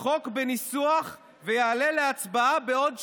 החוק בניסוח ויעלה להצבעה בעוד שבוע.